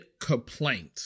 complaint